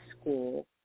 school